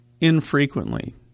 infrequently